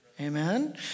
Amen